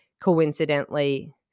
coincidentally